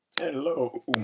Hello